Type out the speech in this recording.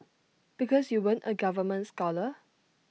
because you weren't A government scholar